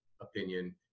opinion